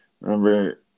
remember